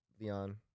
Leon